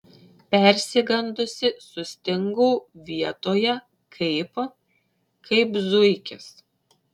persigandusi sustingau vietoje kaip kaip zuikis